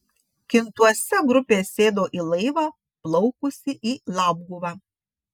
kintuose grupė sėdo į laivą plaukusį į labguvą